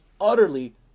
utterly